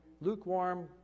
lukewarm